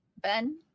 Ben